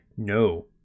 No